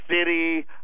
City